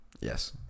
Yes